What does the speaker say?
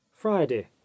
friday